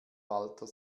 walter